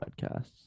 podcasts